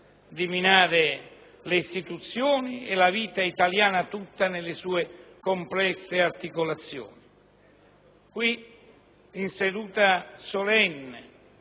di minare le istituzioni e la vita italiana tutta nelle sue complesse articolazioni. Qui, in seduta solenne